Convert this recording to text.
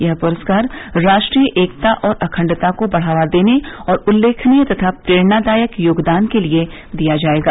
यह पुरस्कार राष्ट्रीय एकता और अखंडता को बढ़ावा देने और उल्लेखनीय तथा प्रेरणादायक योगदान के लिए दिया जाएगा